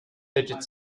fidget